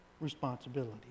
responsibility